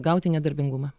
gauti nedarbingumą